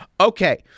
Okay